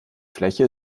fläche